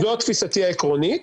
זו תפיסתי העקרונית.